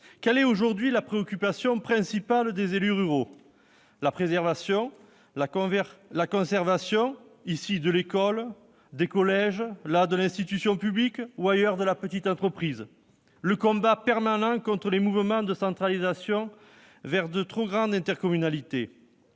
Quelle est aujourd'hui la préoccupation principale des élus ruraux ? Ici, la préservation de l'école ou du collège, là, de l'institution publique, ailleurs, de la petite entreprise, partout, le combat permanent contre les mouvements de centralisation vers de trop grandes intercommunalités.